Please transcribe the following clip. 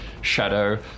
shadow